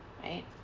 right